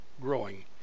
growing